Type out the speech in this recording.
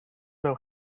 know